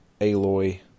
Aloy